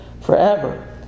forever